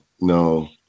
no